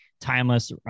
timeless